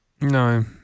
No